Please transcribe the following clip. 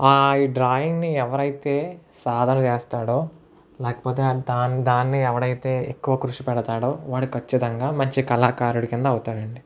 ఈ డ్రాయింగ్ ని ఎవరైతే సాధన చేస్తాడో లేకపోతే దా దాన్ని ఎవడైతే ఎక్కువ కృషి పెడతాడో వాడు ఖచ్చితంగా మంచి కళాకారుడి కింద అవుతాడండి